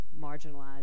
marginalized